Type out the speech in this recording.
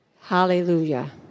Hallelujah